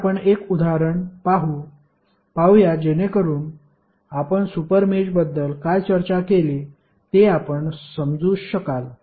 तर आपण एक उदाहरण पाहूया जेणेकरुन आपण सुपर मेषबद्दल काय चर्चा केली ते आपण समजू शकाल